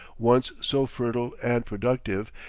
once so fertile and productive,